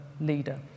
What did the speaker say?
leader